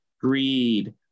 greed